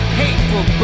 hateful